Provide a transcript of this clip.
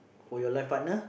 for your life partner